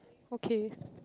okay